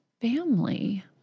family